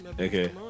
Okay